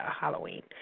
Halloween